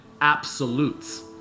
absolutes